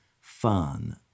fun